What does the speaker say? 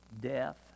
Death